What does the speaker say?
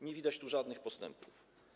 Nie widać tu żadnych postępów.